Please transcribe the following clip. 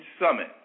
summit